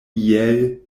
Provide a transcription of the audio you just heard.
iel